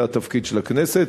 זה התפקיד של הכנסת.